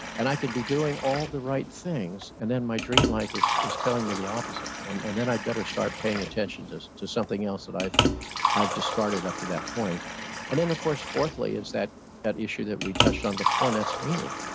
and i could be doing all the right things and then my dream life is is telling me the opposite, and and then i'd better start paying attention to something else that i've i've discarded upto that point and then of course, fourthly, is that that issue that we've touched on before and that's meaning.